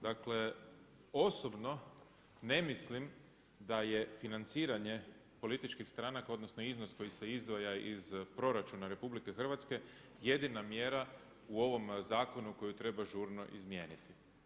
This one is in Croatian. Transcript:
Dakle osobno ne mislim da je financiranje političkih stranka odnosno iznos koji se izdvaja iz proračuna RH jedina mjera u ovom zakonu koji treba žurno izmijeniti.